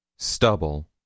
Stubble